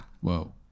Whoa